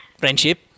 friendship